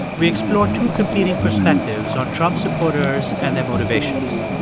we explore two competing perspectives on trump supporters and their motivations.